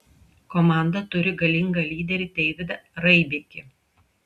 komanda turi galingą lyderį deividą raibikį